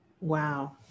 Wow